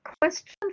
question